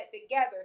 together